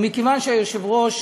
ומכיוון שהיושב-ראש